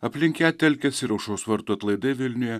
aplink ją telkiasi ir aušros vartų atlaidai vilniuje